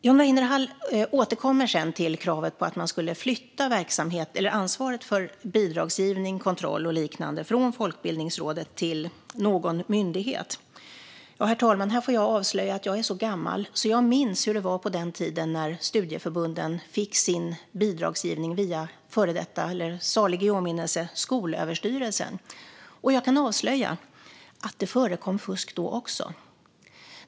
John Weinerhall återkommer sedan till kravet på att man skulle flytta ansvaret för bidragsgivning, kontroll och liknande från Folkbildningsrådet till någon myndighet. Här får jag avslöja att jag är så gammal, herr talman, att jag minns hur det var på den tiden när studieförbunden fick sin bidragsgivning via Skolöverstyrelsen, salig i åminnelse. Jag kan avslöja att det förekom fusk då också.